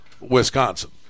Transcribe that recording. Wisconsin